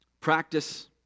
practice